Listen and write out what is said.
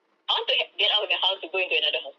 I want to get out of your house to go into another house